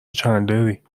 چندلری